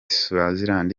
swaziland